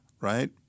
right